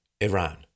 Iran